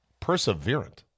Perseverant